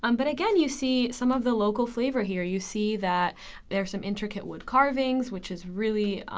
um but again, you see some of the local flavor here. you see that there's some intricate wood carvings, which is really,